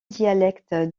dialectes